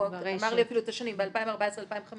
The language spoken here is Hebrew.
הוא אמר אפילו את השנים, ב-2014 ו-2015